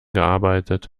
gearbeitet